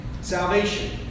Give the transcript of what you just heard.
Salvation